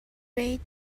great